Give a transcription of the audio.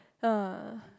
ah